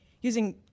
using